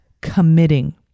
committing